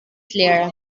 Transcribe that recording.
lehre